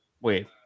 wait